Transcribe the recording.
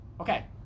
Okay